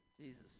Jesus